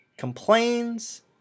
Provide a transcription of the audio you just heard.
complains